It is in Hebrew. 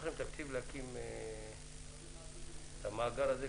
לכם תקציב להקים את המאגר הזה,